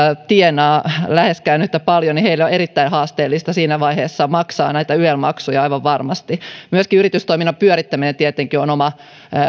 tienaa läheskään yhtä paljon on erittäin haasteellista siinä vaiheessa maksaa näitä yel maksuja aivan varmasti myöskin yritystoiminnan pyörittäminen tietenkin on oma